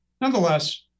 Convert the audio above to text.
Nonetheless